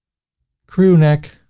crew neck,